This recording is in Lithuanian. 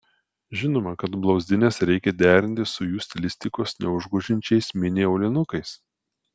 žinoma kad blauzdines reikia derinti su jų stilistikos neužgožiančiais mini aulinukais